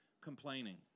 Complaining